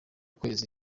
kwezi